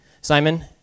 Simon